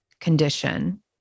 condition